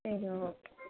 சரி ஓகே